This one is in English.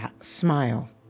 smile